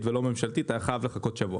ולא ממשלתית והיו חייבים לחכות שבוע.